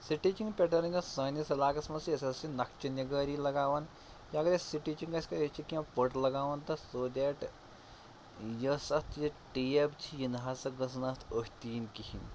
stitching پٮ۪ٹٲرٕن یۄس سٲنِس علاقَس منٛز چھِ أسۍ ہَسا چھِ نَقچہِ نِگٲری لگاوان یا اگر اَسہِ سِٹچِنٛگ آسہِ أسۍ چھِ کیٚنٛہہ پٔٹ لگاوان تَتھ سو دیٹ یۄس اَتھ یہِ ٹیب چھِ یہِ نہٕ ہسا گٔژھ نہٕ اَتھ أتھۍ تہِ یِنۍ کِہیٖنۍ